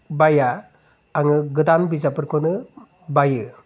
बाया आङो गोदान बिजाबफोरखौनो बायो